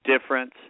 difference